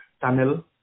tunnel